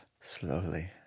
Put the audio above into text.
slowly